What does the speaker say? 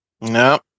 No